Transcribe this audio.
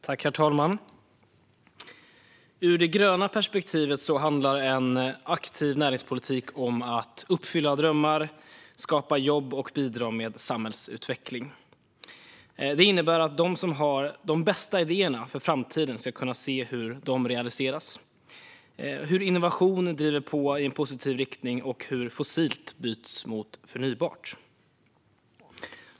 Herr talman! Ur det gröna perspektivet handlar en aktiv näringspolitik om att uppfylla drömmar, skapa jobb och bidra med samhällsutveckling. Det innebär att de som har de bästa idéerna för framtiden ska kunna se hur dessa realiseras, hur innovation driver på i en positiv riktning och hur fossilt byts mot förnybart.